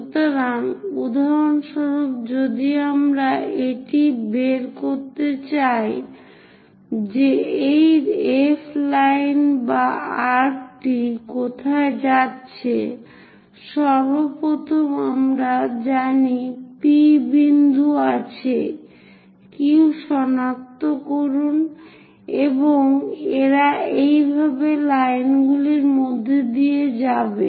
সুতরাং উদাহরণস্বরূপ যদি আমরা এটি বের করতে চাই যে এই F লাইন বা আর্ক্ টি কোথায় যাচ্ছে সর্বপ্রথম আমরা জানি P বিন্দু আছে Q সনাক্ত করুন এবং এরা এই লাইনগুলির মধ্য দিয়ে যাবে